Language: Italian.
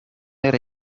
era